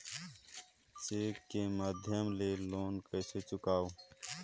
Cheque के माध्यम ले लोन कइसे चुकांव?